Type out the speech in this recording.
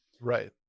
Right